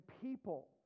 people